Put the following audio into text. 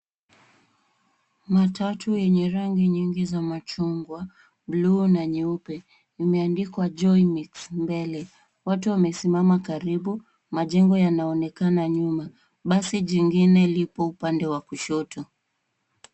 Matatu yenye rangi nyingi za machungwa, bluu na nyeupe. Imeandikwa Joymix mbele. Watu wamesimama karibu. Majengo yanaonekana nyuma. Basi jingine lipo upande wa kushoto.